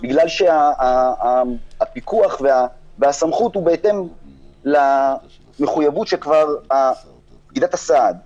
בגלל שהפיקוח והסמכות הם בהתאם למחויבות של פקידת סעד והשופטת,